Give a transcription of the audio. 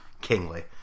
Kingly